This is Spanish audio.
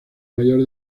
mayor